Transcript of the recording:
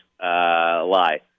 lie